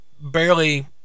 barely